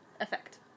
effect